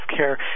healthcare